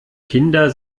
kinder